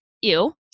Ew